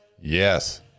Yes